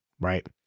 right